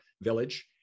Village